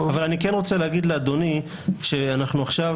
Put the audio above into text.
אני כן רוצה לומר לאדוני שאנחנו עכשיו